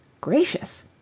Gracious